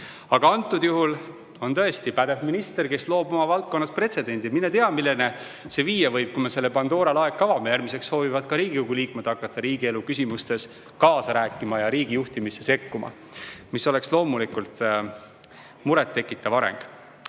praegu on meil tõesti pädev minister, kes loob oma valdkonnas pretsedendi. Mine tea, milleni see viia võib, kui me selle Pandora laeka avame. Järgmiseks soovivad Riigikogu liikmed hakata riigielu küsimustes kaasa rääkima ja riigi juhtimisse sekkuma, mis oleks loomulikult muret tekitav areng. Samas